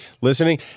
listening